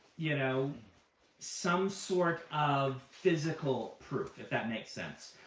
you know some sort of physical proof, if that makes sense.